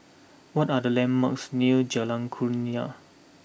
what are the landmarks near Jalan Kurnia